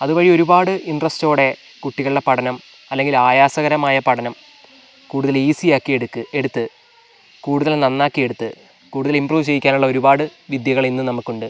അതുവഴി ഒരുപാട് ഇൻട്രസ്റ്റോടെ കുട്ടികളുടെ പഠനം അല്ലെങ്കിൽ ആയാസകരമായ പഠനം കൂടുതൽ ഈസിയാക്കി എടുക്ക് എടുത്ത് കൂടുതൽ നന്നാക്കിയെടുത്ത് കൂടുതൽ ഇമ്പ്രൂവ് ചെയ്യിക്കാനുള്ള ഒരുപാട് വിദ്യകൾ ഇന്ന് നമുക്കുണ്ട്